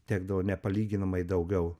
tekdavo nepalyginamai daugiau